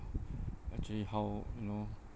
actually how you know